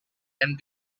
and